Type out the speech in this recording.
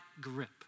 grip